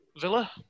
Villa